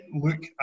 look